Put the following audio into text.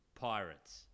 Pirates